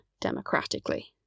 democratically